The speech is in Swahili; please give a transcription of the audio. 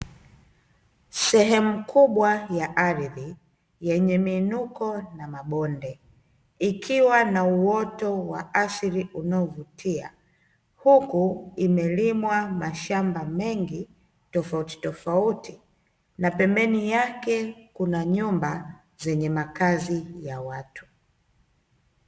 Sehemu kubwa ya ardhi yenye miinuko na mabonde. Likiwa na uoto wa asili unaovutia huku limelimwa mashamba mengi tofautitofauti, na pembeni yake kuna nyumba zenye makazi ya watu.